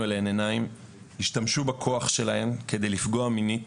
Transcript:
אליהן עיניים השתמשו בכוחן כדי לפגוע מינית